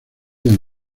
del